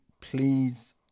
Please